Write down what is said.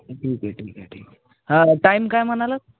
ठीक आहे ठीक आहे ठीक आहे हां टाईम काय म्हणाला